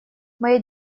моя